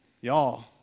y'all